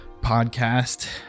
podcast